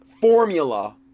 formula